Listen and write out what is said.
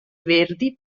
verdi